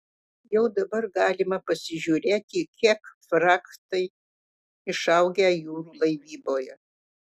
jau dabar galima pasižiūrėti kiek frachtai išaugę jūrų laivyboje